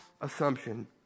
assumption